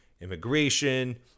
immigration